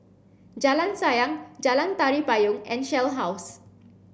Jalan Sayang Jalan Tari Payong and Shell House